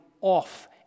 off